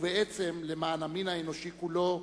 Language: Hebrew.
ובעצם למען המין האנושי כולו,